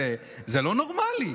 זה לא נורמלי.